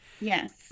Yes